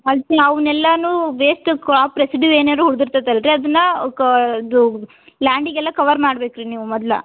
ಅದ್ಕೆ ಅವ್ನೆಲ್ಲಾ waste crop residue ಏನಾರು ಉಳ್ದಿರ್ತತಲ್ಲ ರೀ ಅದನ್ನು ಕಾ ಅದೂ ಲ್ಯಾಂಡಿಗೆಲ್ಲ ಕವರ್ ಮಾಡ್ಬೇಕು ರೀ ನೀವು ಮೊದ್ಲು